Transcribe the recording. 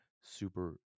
super